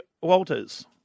Walters